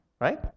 right